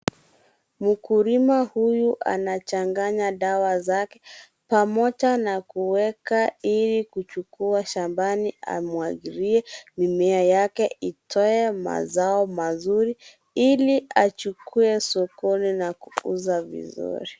Mkulima huyu anachanganye dawa zake pamoja na kueka iko kuchukua shambani amwagilie mimea take itoe mazao mazuri ,ili achukue sokoni na kuuza vizuri.